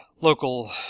local